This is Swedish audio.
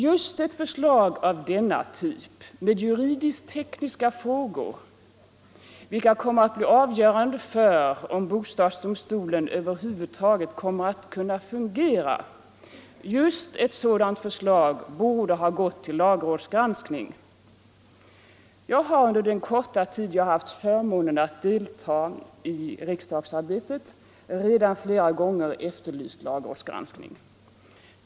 Just ett förslag av denna typ med juridiskt-tekniska frågor, vilka kommer att bli avgörande för om bostadsdomstolen över huvud taget kommer att kunna fungera, borde ha gått till lagrådsgranskning. Jag har under den korta tid jag haft förmånen att delta i riksdagsarbetet redan flera gånger efterlyst lagrådsgranskning.